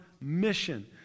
mission